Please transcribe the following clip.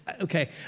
Okay